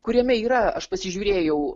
kuriame yra aš pasižiūrėjau